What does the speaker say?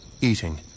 eating